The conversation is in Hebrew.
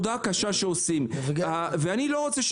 לעניין מה שדיבר חבר הכנסת מקלב על חקלאות הגגות: אחד הדברים